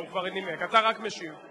אנחנו הצבענו על החוק הזה בשינויים,